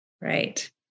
right